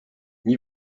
n’y